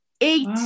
eight